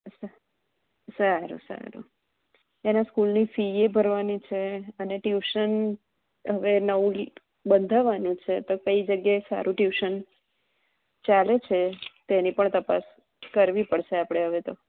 અચ્છા સારું સારું તેના સ્કૂલની ફી એ ભરવાની છે અને ટયૂસન હવે નવું બંધાવવાનું છે તો કઈ જગ્યાએ સારું ટયૂસન ચાલે છે તેની પણ તપાસ કરવી પડસે આપણે હવે તો